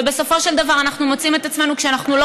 ובסופו של דבר אנחנו מוצאים את עצמנו כשאנחנו לא